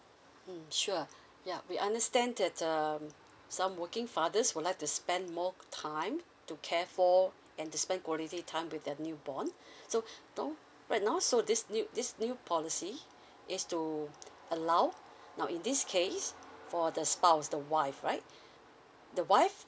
mm sure yup we understand that um some working fathers would like to spend more time to care for and to spend quality time with their new born so now right now so this new this new policy is to allow now in this case for the spouse the wife right the wife